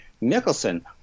Nicholson